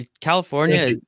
California